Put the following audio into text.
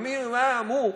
ומי מה מו,